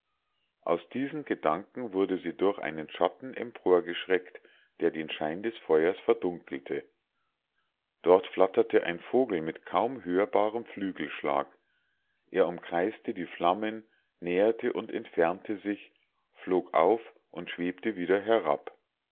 aus diesen gedanken wurde sie durch einen schatten emporgeschreckt der den schein des feuers verdunkelte dort flatterte ein vogel mit kaum hörbarem flügelschlag er umkreiste die flammen näherte und entfernte sich flog auf und schwebte wieder herab